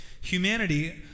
humanity